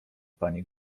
pani